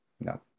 no